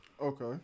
Okay